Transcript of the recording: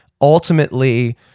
ultimately